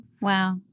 Wow